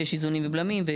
ולראות שיש איזונים ובלמים.